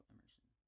Emerson